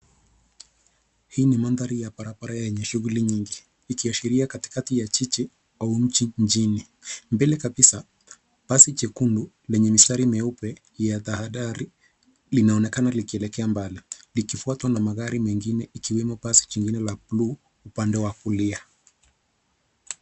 Hii ni mandhari ya barabara yenye shuguli nyingi ikiashiria katikati ya jiji au mji mjini. Mbele kabisa, basi basi jekundu lenye mistari meupe ya tahadhari linaoekana likielekea mbali likifwatwa na magari mengine ikiwemo basi jingine la buluu upande wa kulia.